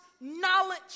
knowledge